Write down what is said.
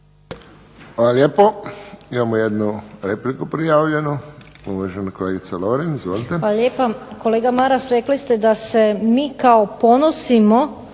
Hvala lijepo. Imamo jednu repliku prijavljenu. Uvažena kolegica Lovrin. Izvolite. **Lovrin, Ana (HDZ)** Hvala lijepa. Kolega Maras rekli ste da se mi kao ponosimo